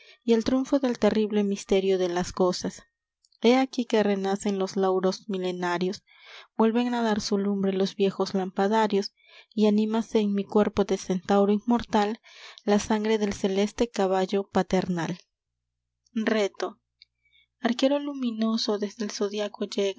y el triunfo del terrible misterio de las cosas he aquí que renacen los lauros milenarios vuelven a dar su lumbre los viejos